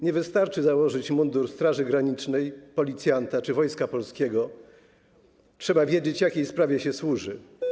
Nie wystarczy założyć mundur Straży Granicznej, policjanta czy Wojska Polskiego - trzeba wiedzieć, jakiej sprawie się służy.